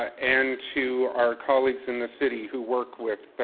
and to our colleagues in the city who work with